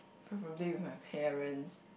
preferably with my parents